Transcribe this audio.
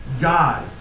God